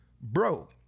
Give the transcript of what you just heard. bro